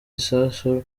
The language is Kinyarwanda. isasu